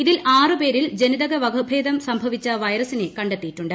അതിൽ പേരിൽ ജനിതക വകഭേദം സംഭവിച്ചു വൈറസിനെ കണ്ടെത്തിയിട്ടുണ്ട്